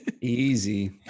Easy